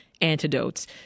antidotes